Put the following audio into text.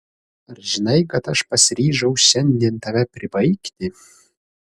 ar žinai kad aš pasiryžau šiandien tave pribaigti